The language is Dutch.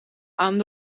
aan